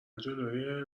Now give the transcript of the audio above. جلو